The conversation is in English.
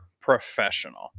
professional